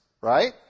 right